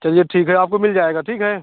चलिए ठीक है आपको मिल जाएगा ठीक है